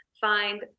find